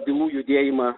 bylų judėjimą